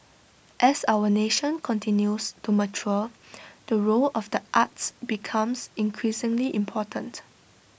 as our nation continues to mature the role of the arts becomes increasingly important